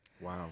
Wow